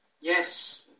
Yes